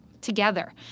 together